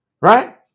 right